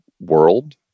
world